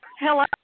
Hello